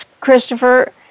Christopher